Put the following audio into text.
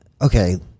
okay